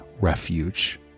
refuge